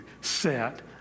set